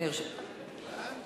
אני נרשמתי לדיון הזה.